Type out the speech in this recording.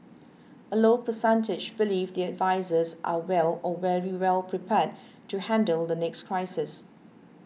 a low percentage believe their advisers are well or very well prepared to handle the next crisis